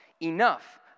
enough